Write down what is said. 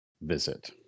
visit